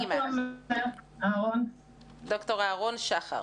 ד"ר אהרון שחר,